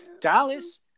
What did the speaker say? Dallas